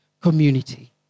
community